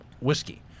whiskey